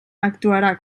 actuarà